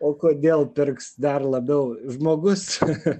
o kodėl pirks dar labiau žmogus cha cha